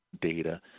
data